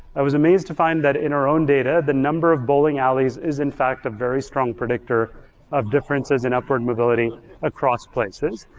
i was amazed to find that in our own data the number of bowling alleys is in fact a very strong predictor of differences in upward mobility across places.